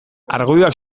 argudioak